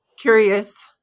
Curious